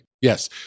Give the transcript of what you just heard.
Yes